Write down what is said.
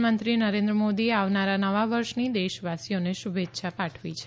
પ્રધાનમંત્રી નરેન્દ્ર મોદીએ આવનારા નવા વર્ષની દેશવાસીઓને શ્રૂભે ચ્છા પાઠવી છે